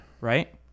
right